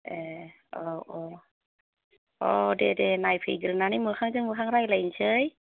ए औ औ औ दे दे नायफैग्रोनानै मोखांजों मोखां रायलायसै